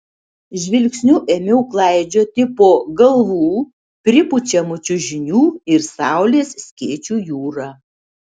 žvilgsniu ėmiau klaidžioti po galvų pripučiamų čiužinių ir saulės skėčių jūrą